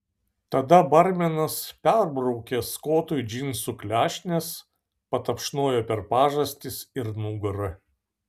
tada barmenas perbraukė skotui džinsų klešnes patapšnojo per pažastis ir nugarą